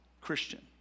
Christian